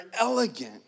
elegant